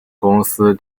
公司